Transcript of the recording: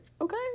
okay